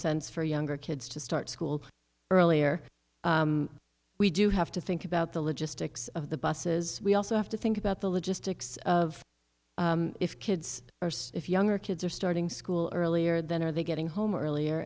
sense for younger kids to start school earlier we do have to think about the logistics of the buses we also have to think about the logistics of if kids if younger kids are starting school earlier than are they getting home earlier